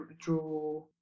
draw